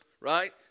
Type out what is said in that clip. right